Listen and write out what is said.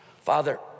Father